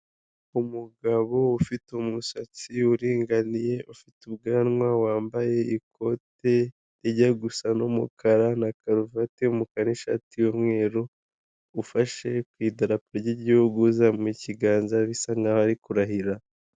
Umugabo ufite umusatsi uringaniye, ufite ubwanwa wambaye ikote rijya gusa n'umukara, na karuvati y'umukara n'ishati y'umweru ufashe ku i darapo ry'igihugu uzamuye ikiganza bisa nk'aho arikurahira.